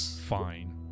fine